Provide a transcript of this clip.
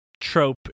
trope